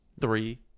Three